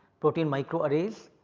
protein micro arrays,